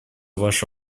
ваше